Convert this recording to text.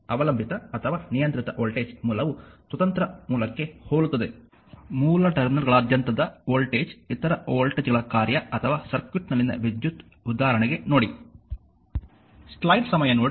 ಅವಲಂಬಿತ ಅಥವಾ ನಿಯಂತ್ರಿತ ವೋಲ್ಟೇಜ್ ಮೂಲವು ಸ್ವತಂತ್ರ ಮೂಲಕ್ಕೆ ಹೋಲುತ್ತದೆ ಮೂಲ ಟರ್ಮಿನಲ್ಗಳ ಆದ್ಯಂತದ ವೋಲ್ಟೇಜ್ ಇತರ ವೋಲ್ಟೇಜ್ಗಳ ಕಾರ್ಯ ಅಥವಾ ಸರ್ಕ್ಯೂಟ್ನಲ್ಲಿನ ವಿದ್ಯುತ್ ಉದಾಹರಣೆಗೆ ನೋಡಿ